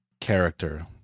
character